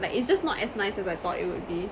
like it's just not as nice as I thought it would be